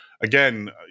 again